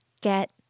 get